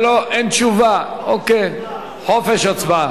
אין תשובה, חופש הצבעה.